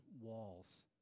walls